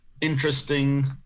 interesting